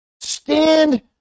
Stand